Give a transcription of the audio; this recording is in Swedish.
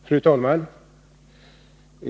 Fru talman!